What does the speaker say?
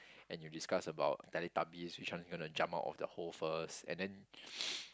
and you discuss about Teletubbies which one is gonna jump out of the hole first and then